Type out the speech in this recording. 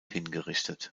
hingerichtet